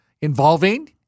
involving